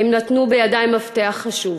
הם נתנו בידי מפתח חשוב,